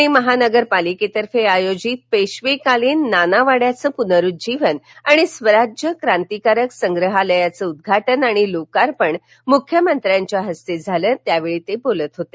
पूणे महानगरपालिकेतर्फे आयोजित पेशवे कालीन नाना वाङ्याचं प्नरुज्जीवन आणि स्वराज्य क्रांतिकारक संग्रहालयाचं उद्घाटन आणि लोकार्पण मुख्यमंत्र्यांच्या हस्ते झालं त्यावेळी ते बोलत होते